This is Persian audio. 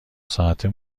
ساعته